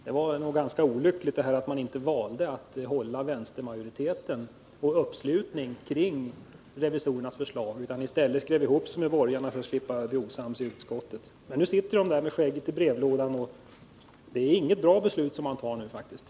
Det var ganska olyckligt att man inte valde att hålla vänstermajoriteten och uppslutningen kring revisorernas förslag utan i stället skrev ihop sig med borgarna för att slippa bli osams i utskottet. Men nu sitter de med skägget i brevlådan. Det är faktiskt inte något bra beslut som man nu fattar.